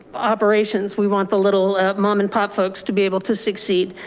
operations. we want the little mom and pop folks to be able to succeed.